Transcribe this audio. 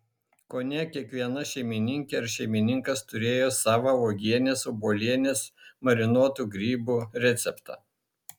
kone kiekviena šeimininkė ar šeimininkas turėjo savą uogienės obuolienės marinuotų grybų receptą